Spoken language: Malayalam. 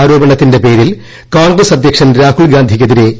ആരോപണത്തിന്റെ പേരിൽ കോൺഗ്രസ് അദ്ധ്യക്ഷൻ രാഹൂൽഗാന്ധിയ്ക്കെതിരെ ബി